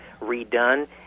redone